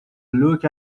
look